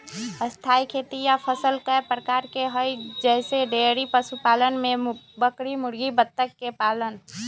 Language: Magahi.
स्थाई खेती या फसल कय प्रकार के हई जईसे डेइरी पशुपालन में बकरी मुर्गी बत्तख के पालन